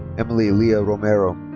emily lia romero.